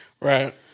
Right